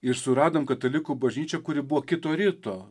ir suradom katalikų bažnyčią kuri buvo kito ryto